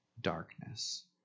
darkness